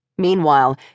Meanwhile